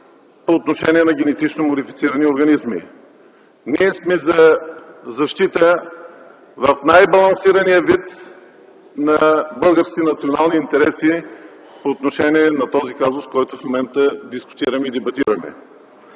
по отношение на генетично модифицирани организми. Ние сме за защита в най-балансирания вид на българските национални интереси по отношение на този казус, който в момента дискутираме и дебатираме.